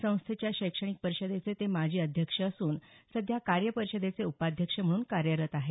संस्थेच्या शैक्षणिक परिषदेचे ते माजी अध्यक्ष असून सध्या कार्य परिषदेचे उपाध्यक्ष म्हणून कार्यरत आहेत